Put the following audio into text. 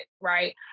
Right